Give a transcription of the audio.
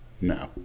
No